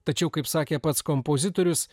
tačiau kaip sakė pats kompozitorius